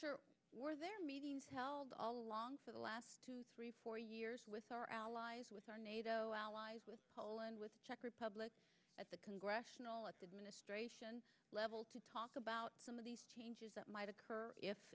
were there meetings held all along for the last two three four years with our allies with our nato allies with poland with the czech republic at the congressional ministration level to talk about some of these changes that might occur if